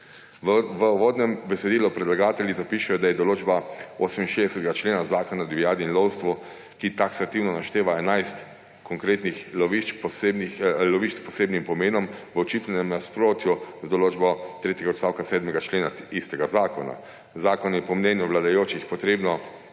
V uvodnem besedilu predlagatelji zapišejo, da je določba 68. člena Zakona o divjadi in lovstvu, ki taksativno našteva enajst konkretnih lovišč s posebnim namenom, v očitnem nasprotju z določbo tretjega odstavka 7. člena istega zakona. Zakon je po mnenju vladajočih treba